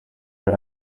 your